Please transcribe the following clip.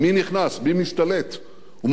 מי משתלט ומה התוצאה,